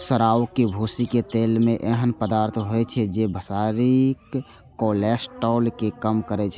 चाउरक भूसीक तेल मे एहन पदार्थ होइ छै, जे शरीरक कोलेस्ट्रॉल कें कम करै छै